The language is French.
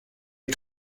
est